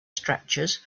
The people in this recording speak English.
stretches